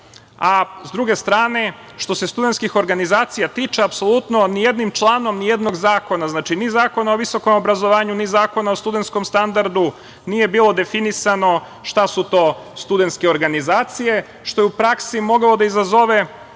druge strane, što se studentskih organizacija tiče, apsolutno ni jednim članom ni jednog zakona, ni Zakon o visokom obrazovanju, ni Zakon o studentskom standardu, nije bilo definisano šta su to studentske organizacije, što je u praksi moglo da izazove